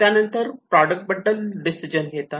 त्यानंतर प्रॉडक्ट बद्दल डिसिजन घेतात